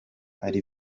ari